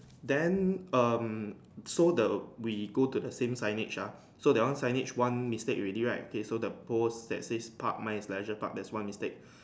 then um so the we go to the same signage ah so that one signage one mistake already right okay so the pole that says park mine is Leisure Park that is one mistake